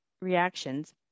reactions